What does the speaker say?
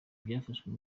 byafashwe